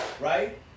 Right